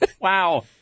Wow